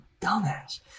dumbass